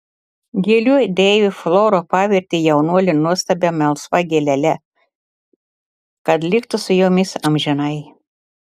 gėlių deivė flora pavertė jaunuolį nuostabia melsva gėlele kad liktų su jomis amžinai